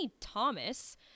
Thomas